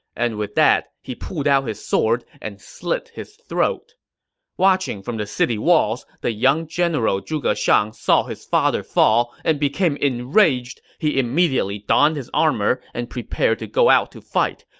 and with that, he pulled out his sword and slit his throat watching from the city walls, the young general zhuge shang saw his father fall and became enraged. he immediately donned his armor and prepared to go out to fight.